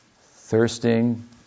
Thirsting